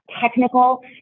technical